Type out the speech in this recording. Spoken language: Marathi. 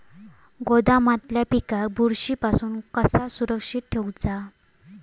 गोदामातल्या पिकाक बुरशी पासून कसा सुरक्षित ठेऊचा?